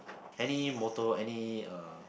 any motto any uh